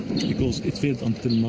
because it failed, until now,